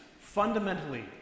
fundamentally